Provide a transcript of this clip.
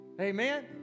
Amen